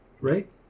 right